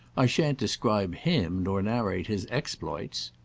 i shan't describe him nor narrate his exploits.